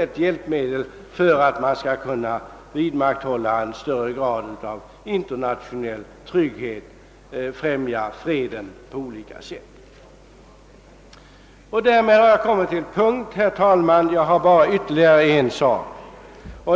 ett hjälpmedel till att vidmakthålla en större grad av internationell trygghet och främja freden på olika sätt? Därmed har jag kommit till punkt, herr talman. Jag har ytterligare en enda sak att beröra.